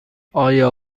آیا